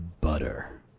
butter